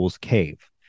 cave